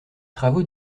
travaux